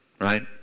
right